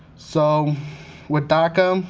so with daca, um